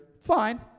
Fine